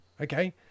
Okay